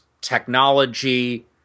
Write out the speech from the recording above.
technology